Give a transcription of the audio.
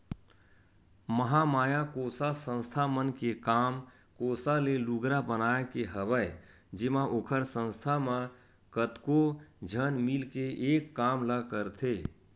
महामाया कोसा संस्था मन के काम कोसा ले लुगरा बनाए के हवय जेमा ओखर संस्था म कतको झन मिलके एक काम ल करथे